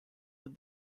that